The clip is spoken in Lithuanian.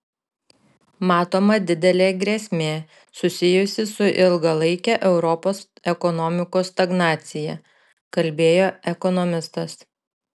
matoma didelė grėsmė susijusi su ilgalaike europos ekonomikos stagnacija kalbėjo ekonomistas